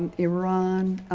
iran,